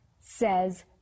says